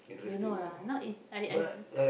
don't know lah not if I I